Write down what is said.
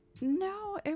No